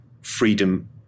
freedom